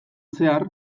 zehar